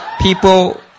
people